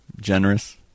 generous